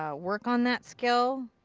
ah work on that skill.